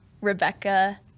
Rebecca